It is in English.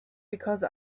because